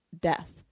death